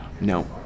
No